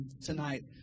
tonight